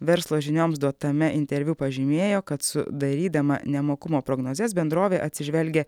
verslo žinioms duotame interviu pažymėjo kad sudarydama nemokumo prognozes bendrovė atsižvelgia